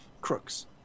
crooks